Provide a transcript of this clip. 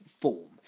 form